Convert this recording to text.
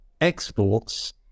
exports